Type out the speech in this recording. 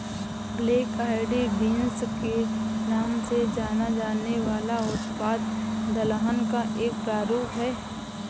black eyed beans के नाम से जाना जाने वाला उत्पाद दलहन का एक प्रारूप है